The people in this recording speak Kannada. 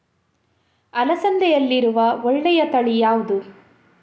ಅಲಸಂದೆಯಲ್ಲಿರುವ ಒಳ್ಳೆಯ ತಳಿ ಯಾವ್ದು?